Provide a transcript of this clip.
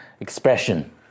expression